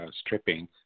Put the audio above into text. stripping